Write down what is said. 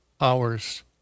hours